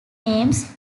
names